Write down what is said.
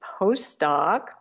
postdoc